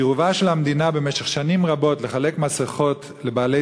סירובה של המדינה במשך שנים רבות לחלק מסכות לבעלי